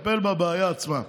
זה לטפל בבעיה עצמה.